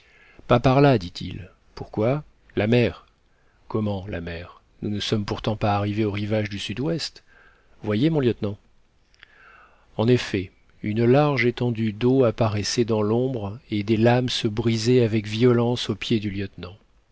pas par là dit-il pourquoi la mer comment la mer nous ne sommes pourtant pas arrivés au rivage du sud-ouest voyez mon lieutenant en effet une large étendue d'eau apparaissait dans l'ombre et des lames se brisaient avec violence aux pieds du lieutenant